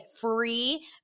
free